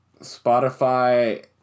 spotify